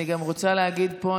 אני גם רוצה להגיד פה,